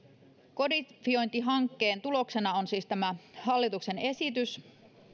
kodifiointihankkeen tuloksena on siis tämä hallituksen esitys